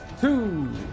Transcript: two